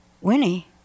Winnie